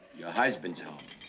your husband's home.